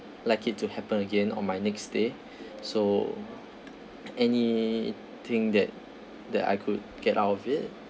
like it to happen again on my next stay so anything that that I could get out of it